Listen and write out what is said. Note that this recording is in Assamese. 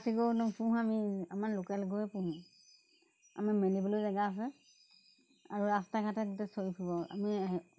জাৰ্চি গৰু নোপোহোঁ আমি আমাৰ লোকেল গৰুৱে পোহোঁ আমি মেলিবলৈ জেগা আছে আৰু ৰাস্তাই ঘাটে দি থৈ দিওঁ চৰি ফুৰিব আমি সেই